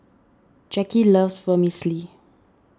Jacki loves Vermicelli